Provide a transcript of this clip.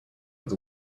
was